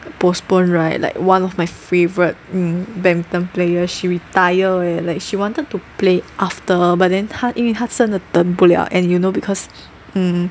postpone right like one of my favorite mm badminton player she retired leh like she wanted to play after but then 他因为他真的等不了 and you know because mm